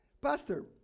Pastor